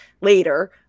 later